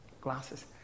Glasses